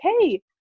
hey